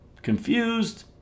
Confused